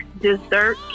Dessert